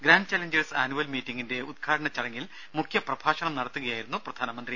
grant challenges annual മീറ്റിംഗിന്റെ ഉദ്ഘാടന ചടങ്ങിൽ മുഖ്യപ്രഭാഷണം നടത്തുകയായിരുന്നു പ്രധാനമന്ത്രി